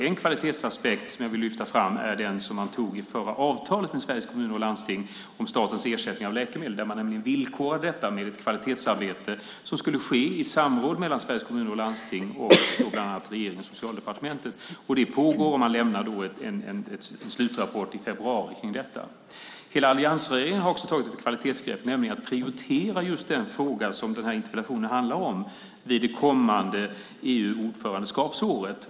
En kvalitetsaspekt som jag vill lyfta fram är den man tog med i det förra avtalet med Sveriges Kommuner och Landsting om statens ersättning av läkemedel. Där villkorade man nämligen detta med ett kvalitetsarbete som skulle ske i samråd mellan Sveriges Kommuner och Landsting och bland andra regeringen och Socialdepartementet. Detta pågår, och man lämnar en slutrapport i februari. Hela alliansregeringen har också tagit ett kvalitetsgrepp, nämligen att prioritera just den fråga som interpellationen handlar om vid det kommande EU-ordförandeskapsåret.